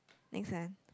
next one